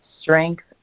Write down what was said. strength